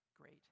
great